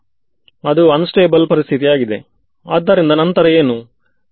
ನಾನು ನನ್ನ ಕಂಪ್ಯೂಟೇಷನಲ್ ಡೊಮೇನನ್ನು ಎಕ್ಸ್ ಪಾಂಡ್ ಮಾಡಿ ರಿಸೀವರ್ ಕಡೆಗೆ ಹೋಗುವಂತೆ ಮಾಡಬೇಕೆ